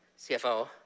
CFO